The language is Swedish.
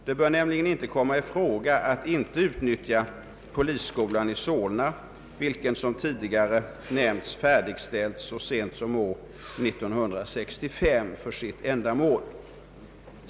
Det bör nämligen inte komma i fråga att man inte utnyttjar polisskolan i Solna vilken, som tidigare nämnts, färdigställts för sitt ändamål så sent som år 1965. Herr talman!